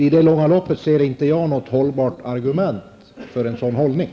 I det långa loppet ser jag inget hållbart argument för en sådan hållning.